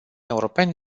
europeni